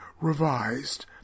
revised